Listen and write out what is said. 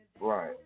right